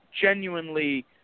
genuinely